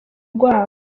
rwabo